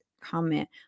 comment